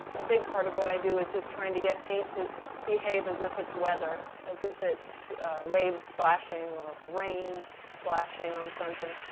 a big part of what i do is just trying to get paint to behave as if it's weather, as if it's waves splashing or rain splashing on something.